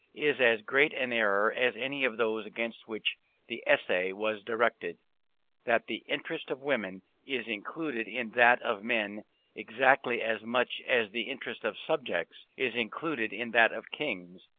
is as great an error as any of those against which the essay was directed that the interest of women is included in that of men exactly as much as the interest of subjects is included in that of kings,